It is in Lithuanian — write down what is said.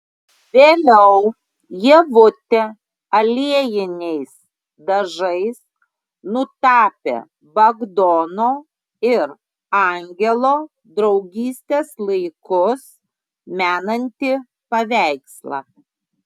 vėliau ievutė aliejiniais dažais nutapė bagdono ir angelo draugystės laikus menantį paveikslą